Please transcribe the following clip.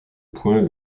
point